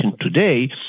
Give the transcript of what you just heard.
today